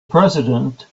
president